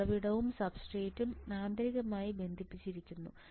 ഉറവിടവും സബ്സ്ട്രേറ്റും ആന്തരികമായി ബന്ധിപ്പിച്ചിരിക്കുന്നു